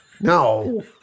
No